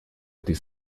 этой